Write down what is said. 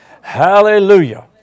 Hallelujah